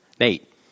Nate